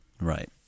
Right